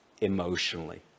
emotionally